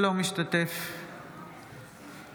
אינו משתתף בהצבעה